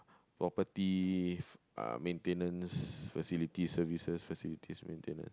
property uh maintenance facility services facilities maintenance